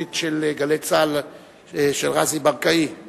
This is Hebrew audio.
בתוכנית של רזי ברקאי ב"גלי צה"ל".